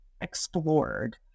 explored